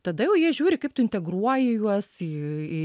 tada jau jie žiūri kaip tu integruoji juos į į